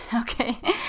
Okay